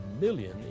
million